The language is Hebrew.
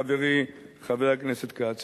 חברי חבר הכנסת כץ.